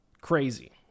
Crazy